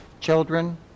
children